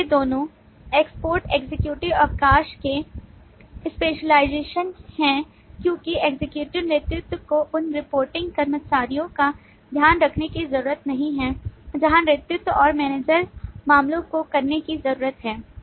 और ये दोनों एक्सपोर्ट एक्जीक्यूटिव अवकाश के स्पेशलाइजेशन हैं क्योंकि एक्जीक्यूटिव नेतृत्व को उन रिपोर्टिंग कर्मचारियों का ध्यान रखने की जरूरत नहीं है जहां नेतृत्व और मैनेजर मामलों को करने की जरूरत है